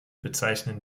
bezeichnen